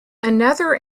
another